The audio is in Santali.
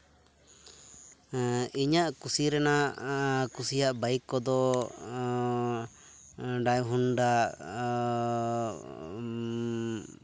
ᱤᱧᱟᱹᱜ ᱠᱩᱥᱤ ᱨᱮᱱᱟᱜ ᱠᱩᱥᱤᱭᱟᱜ ᱵᱟᱭᱤᱠ ᱠᱚᱫᱚ ᱰᱟᱭ ᱦᱳᱱᱰᱟ